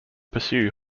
pursue